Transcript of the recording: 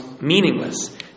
meaningless